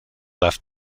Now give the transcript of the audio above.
left